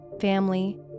family